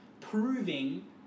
proving